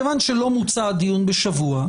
מכיוון שלא מוצה הדיון בשבוע,